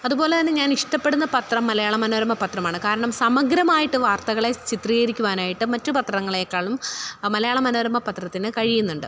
അതുപോലെതന്നെ ഞാനിഷ്ടപ്പെടുന്ന പത്രം മലയാളമനോരമ പത്രമാണ് കാരണം സമഗ്രമായിട്ട് വാർത്തകളെ ചിത്രീകരിക്കുവാനായിട്ട് മറ്റു പത്രങ്ങളേക്കാളും മലയാള മനോരമ പത്രത്തിന് കഴിയുന്നുണ്ട്